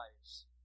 lives